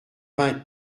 vingt